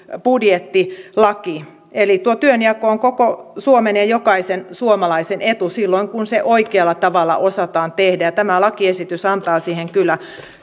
budjettilaki eli tuo työnjako on koko suomen ja ja jokaisen suomalaisen etu silloin kun se oikealla tavalla osataan tehdä ja tämä lakiesitys antaa siihen kyllä